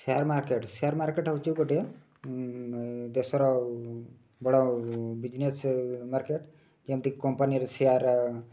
share market share market ହେଉଛି ଗୋଟିଏ ଦେଶର ବଡ଼ ବିଜନେସ୍ ମାର୍କେଟ୍ ଯେମିତି କମ୍ପାନୀର ସେୟାର୍